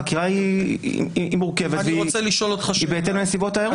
החקירה היא מורכבת והיא בהתאם לנסיבות האירוע.